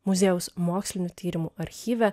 muziejaus mokslinių tyrimų archyve